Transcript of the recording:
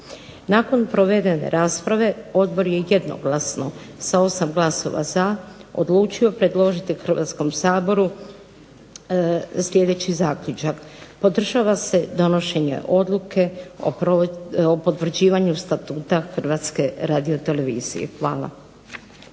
Nakon provedene rasprave Odbor je jednoglasno sa 8 glasova za odlučio predložiti Hrvatskom saboru sljedeći zaključak: Podržava se donošenje odluke o potvrđivanju Statuta Hrvatske radiotelevizije. Hvala.